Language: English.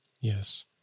Yes